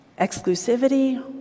exclusivity